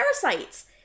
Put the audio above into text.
parasites